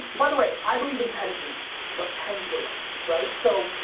by the way, i believe in pendulums, but pendulums, right? so,